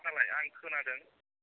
गोथाव जायोनो माथो नोसोरनालाय